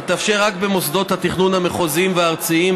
יתאפשר רק במוסדות התכנון המחוזיים והארציים,